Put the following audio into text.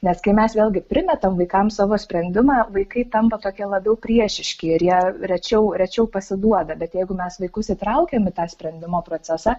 nes kai mes vėlgi primetam vaikam savo sprendimą vaikai tampa tokie labiau priešiški ir jie rečiau rečiau pasiduoda bet jeigu mes vaikus įtraukiam į tą sprendimo procesą